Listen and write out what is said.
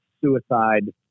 suicide